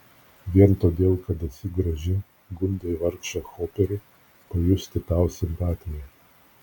vien todėl kad esi graži gundai vargšą hoperį pajusti tau simpatiją